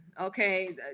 okay